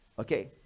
Okay